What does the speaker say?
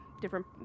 different